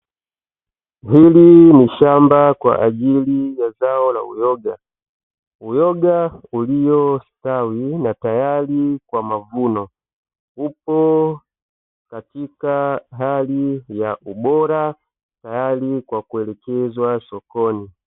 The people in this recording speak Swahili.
Hili ni shamba kwa ajili ya zao la uyoga, uyoga uliostawi na tayari kwa mavuno, upo katika hali ya ubora tayari kwa kuelekezwa sokoni.